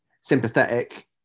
sympathetic